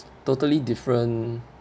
totally different